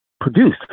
produced